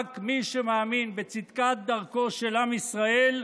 רק מי שמאמין בצדקת דרכו של עם ישראל,